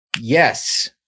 Yes